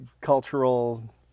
cultural